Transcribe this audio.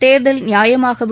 தேர்தல் நியாயமாகவும்